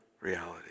reality